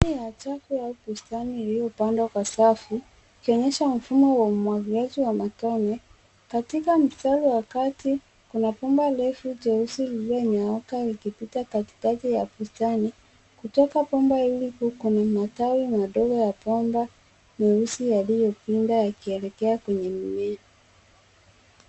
Sehemu ya chafu au bustani iliyopandwa kwa safu, ikionyesha mfumo wa umwagiliaji wa matone. Katika mstari wa kati kuna bomba refu jeusi lililonyooka likipita katikati ya bustani. Kutoka bomba hili kuu kuna matawi madogo ya bomba nyeusi yaliyopinda yakielekea kwenye mimea.